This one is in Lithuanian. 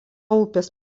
upės